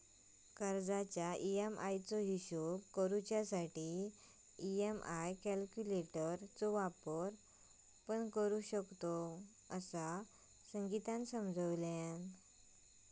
कर्जाच्या ई.एम्.आई चो हिशोब करण्यासाठी ई.एम्.आई कॅल्क्युलेटर चो वापर करू शकतव, असा संगीतानं समजावल्यान